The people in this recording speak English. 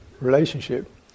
relationship